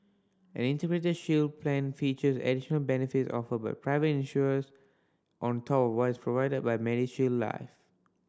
an Integrated Shield Plan features additional benefits offered by private insurers on top of what is provided by MediShield Life